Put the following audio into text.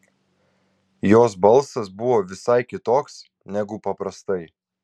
jos balsas buvo visai kitoks negu paprastai